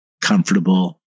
comfortable